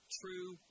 true